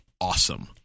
awesome